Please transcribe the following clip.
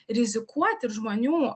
rizikuoti ir žmonių